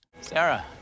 Sarah